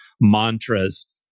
mantras